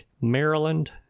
Maryland